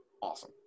awesome